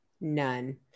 None